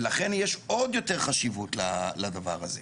ולכן יש עוד יותר חשיבות לדבר הזה.